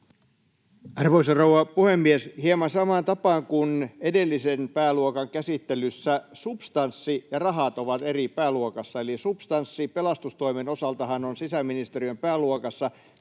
Arvoisa rouva puhemies! Hieman samaan tapaan kuin edellisen pääluokan käsittelyssä substanssi ja rahat ovat eri pääluokassa, eli substanssi, pelastustoimi, on sisäministeriön pääluokassa, mutta